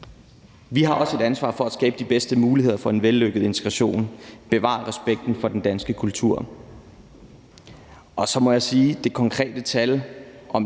Vi har også et ansvar for at skabe de bedste muligheder for en vellykket integration og bevare respekten for den danske kultur.